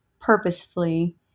purposefully